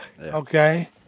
okay